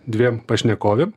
dviem pašnekovėm